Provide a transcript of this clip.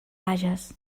bages